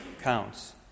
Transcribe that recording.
counts